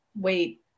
wait